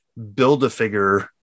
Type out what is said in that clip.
Build-A-Figure